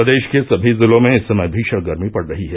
प्रदेष के सभी जिलों में इस समय भीशण गर्मी पड़ रही है